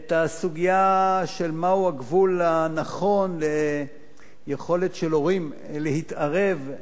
בסוגיה של מהו הגבול הנכון ליכולת של הורים להתערב,